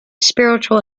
spiritual